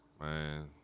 man